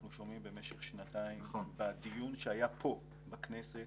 שומעים במשך שנתיים ובדיון שהיה פה בכנסת